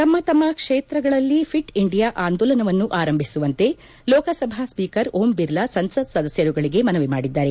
ತಮ್ನ ತಮ್ನ ಕ್ಷೇತ್ರಗಳಲ್ಲಿ ಫಿಟ್ ಇಂಡಿಯಾ ಆಂದೋಲನವನ್ನು ಆರಂಭಿಸುವಂತೆ ಲೋಕಸಭಾ ಸ್ವೀಕರ್ ಓಂ ಬಿರ್ಲಾ ಸಂಸತ್ ಸದಸ್ಯರುಗಳಿಗೆ ಮನವಿ ಮಾಡಿದ್ದಾರೆ